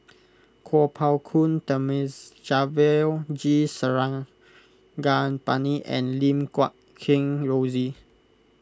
Kuo Pao Kun Thamizhavel G Sarangapani and Lim Guat Kheng Rosie